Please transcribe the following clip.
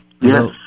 Yes